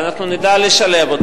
ואנחנו נדע לשלב אותו.